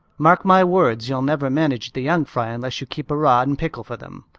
mark my words, you'll never manage the young fry unless you keep a rod in pickle for them.